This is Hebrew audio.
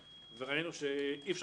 וראינו שאי אפשר